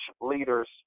leaders